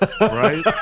Right